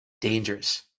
dangerous